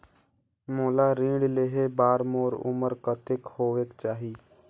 मोला ऋण लेहे बार मोर उमर कतेक होवेक चाही?